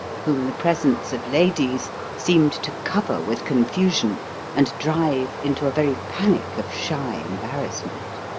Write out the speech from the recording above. whom the presence of ladies seemed to cover with confusion and drive into a very panic of shy embarrassment.